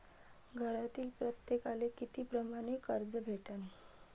घरातील प्रत्येकाले किती परमाने कर्ज भेटन?